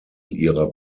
ihrer